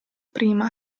prima